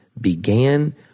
began